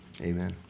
Amen